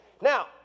Now